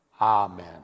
Amen